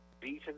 beaten